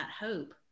hope